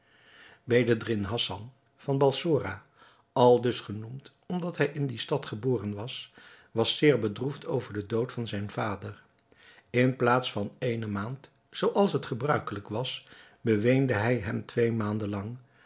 bedreddin hassan van balsora aldus genoemd omdat hij in die stad geboren was was zeer bedroefd over den dood van zijn vader in plaats van ééne maand zoo als het gebruikelijk was beweende hij hem twee